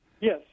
Yes